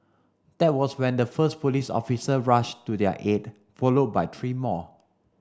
that was when the first police officer rushed to their aid followed by three more